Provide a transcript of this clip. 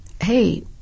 hey